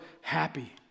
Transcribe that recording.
happy